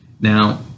Now